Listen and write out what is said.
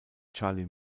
charlie